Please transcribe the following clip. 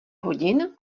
hodin